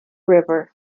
river